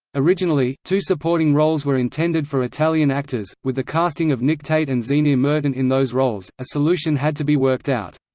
originally, two supporting roles were intended for italian actors with the casting of nick tate and zienia merton in those roles, a solution had to be worked out.